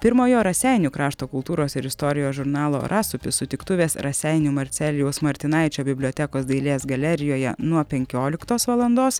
pirmojo raseinių krašto kultūros ir istorijos žurnalo rasupis sutiktuvės raseinių marcelijaus martinaičio bibliotekos dailės galerijoje nuo penkioliktos valandos